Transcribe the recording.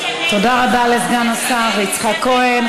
תודה רבה לסגן השר יצחק כהן.